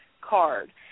card